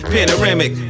Panoramic